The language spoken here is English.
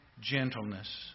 gentleness